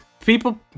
people